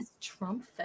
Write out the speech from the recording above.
Trump